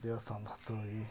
ದೇವಸ್ಥಾನ್ದ ಹತ್ತಿರ ಹೋಗಿ